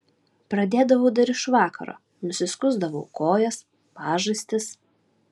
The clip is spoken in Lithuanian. pradėdavau dar iš vakaro nusiskusdavau kojas pažastis